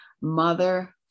Mother